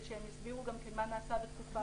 ושהם יסבירו מה נעשה בתקופה הזאת.